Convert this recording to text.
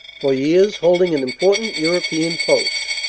for years holding an important european post.